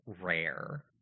rare